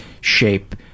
shape